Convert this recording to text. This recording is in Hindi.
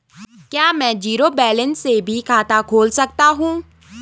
क्या में जीरो बैलेंस से भी खाता खोल सकता हूँ?